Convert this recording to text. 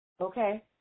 Okay